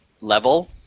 level